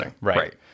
Right